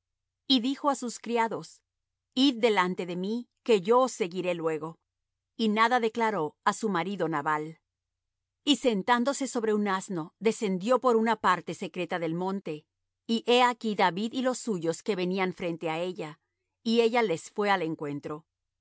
y dijo á sus criados id delante de mí que yo os seguiré luego y nada declaró á su marido nabal y sentándose sobre un asno descendió por una parte secreta del monte y he aquí david y los suyos que venían frente á ella y ella les fué al encuentro